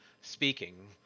speaking